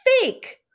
fake